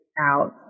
out